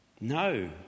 No